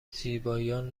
زیبایان